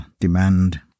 demand